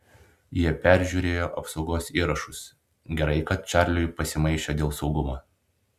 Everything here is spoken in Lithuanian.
jie peržiūrėjo apsaugos įrašus gerai kad čarliui pasimaišę dėl saugumo